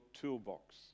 toolbox